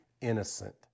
innocent